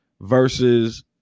versus